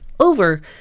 over